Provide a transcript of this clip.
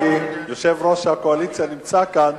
כי יושב-ראש הקואליציה נמצא כאן